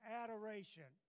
adoration